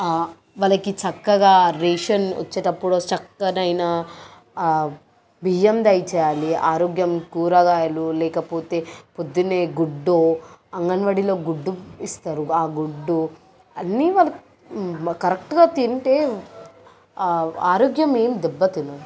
వాళ్లకి చక్కగా రేషన్ వచ్చేటప్పుడు చక్కనైన బియ్యం దయచేయాలి ఆరోగ్యం కూరగాయలు లేకపోతే పొద్దున్నే గుడ్డో అంగన్ వాడీలో గుడ్డు ఇస్తారు ఆ గుడ్డు అన్నీ వాళ్ళకి కరెక్ట్గా తింటే ఆరోగ్యమేం దెబ్బతిందు